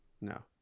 No